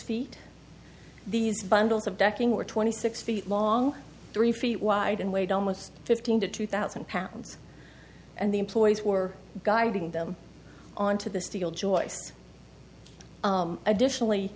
feet these bundles of decking were twenty six feet long three feet wide and weighed almost fifteen to two thousand pounds and the employees were guiding them on to the steel joist additionally